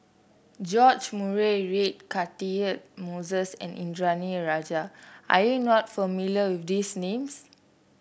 George Murray Reith Catchick Moses and Indranee Rajah are you not familiar with these names